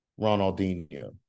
Ronaldinho